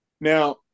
Now